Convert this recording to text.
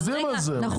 אז רגע.